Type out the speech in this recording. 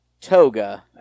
Toga